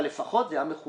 אבל לפחות זה היה מכובד.